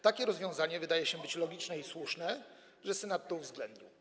Takie rozwiązanie wydaje się logiczne i słusznie, że Senat to uwzględnił.